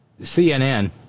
CNN